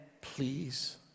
please